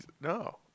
no